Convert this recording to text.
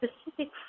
specific